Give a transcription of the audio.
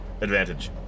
Advantage